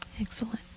Excellent